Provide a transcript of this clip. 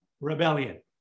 Rebellion